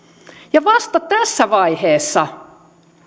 vasta tässä vaiheessa